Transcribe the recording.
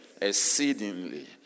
exceedingly